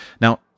Now